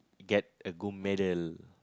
get a gold medal